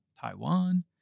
Taiwan